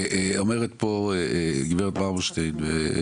אומרת פה גברת מרמורשטיין,